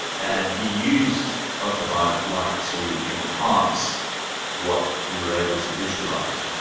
and he used ultraviolet light to enhance what you were able to visualise.